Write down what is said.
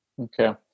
Okay